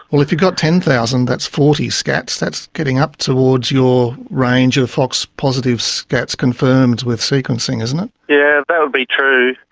well if you've got ten thousand that's forty scats, that's getting up towards your range of fox-positive scats confirmed with sequencing, isn't it? yes, yeah that would be true,